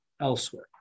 elsewhere